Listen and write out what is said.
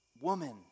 Woman